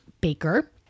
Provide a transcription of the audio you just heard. Baker